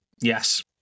Yes